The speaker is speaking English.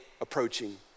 approaching